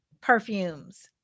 perfumes